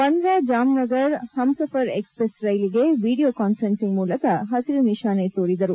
ಬಂಧ್ರಾ Jamnagar Humsafar express ರೈಲಿಗೆ video conferencing ಮೂಲಕ ಹಸಿರು ನಿಶಾನೆ ತೋರಿದರು